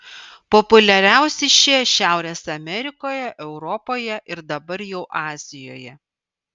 populiariausi šie šiaurės amerikoje europoje ir dabar jau azijoje